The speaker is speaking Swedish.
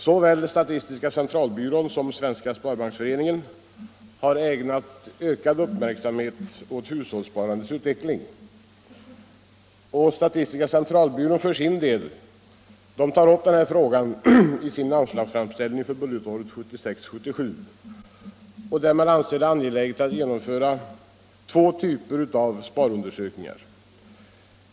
Såväl statistiska centralbyrån som Svenska sparbanksföreningen har ägnat ökad uppmärksamhet åt hushållssparandets utveckling. Statistiska centralbyrån tar för sin del upp den här frågan i sin anslagsframställning för budgetåret 1976/77 och framhåller att man anser det angeläget att genomföra två typer av sparundersökningar.